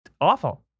awful